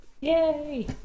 yay